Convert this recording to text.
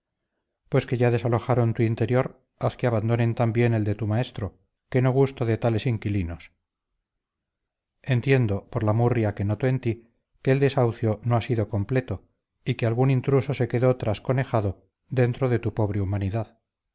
pues que ya desalojaron tu interior haz que abandonen también el de tu maestro que no gusto de tales inquilinos entiendo por la murria que noto en ti que el desahucio no ha sido completo y que algún intruso se quedó trasconejado dentro de tu pobre humanidad